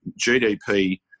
GDP